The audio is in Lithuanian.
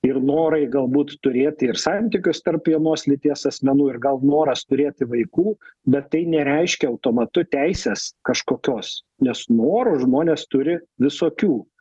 ir norai galbūt turėti ir santykius tarp vienos lyties asmenų ir gal noras turėti vaikų bet tai nereiškia automatu teisės kažkokios nes norų žmonės turi visokių